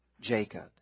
Jacob